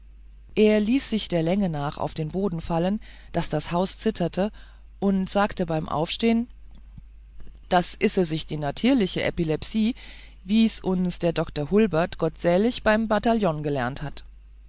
er ließ sich der länge nach zu boden fallen daß das haus zitterte und sagte beim aufstehen das ise sich die natierliche ebilebsie wie's uns der dr hulbert gottsälig beim bataljohn gelernt hat